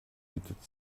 bietet